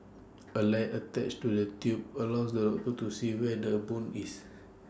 A light attached to the tube allows the dog to see where the bone is